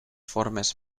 formes